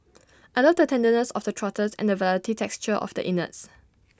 I love the tenderness of the trotters and the velvety texture of the innards